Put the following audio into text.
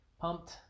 pumped